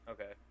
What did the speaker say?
Okay